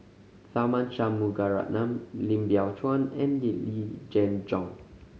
Tharman Shanmugaratnam Lim Biow Chuan and Yee Jenn Jong